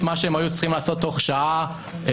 מה שהם היו צריכים לעשות בתוך 24 שעות,